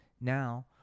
Now